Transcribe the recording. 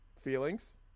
feelings